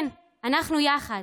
כן, אנחנו יחד.